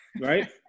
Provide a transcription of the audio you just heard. Right